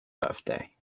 birthday